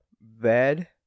bed